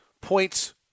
points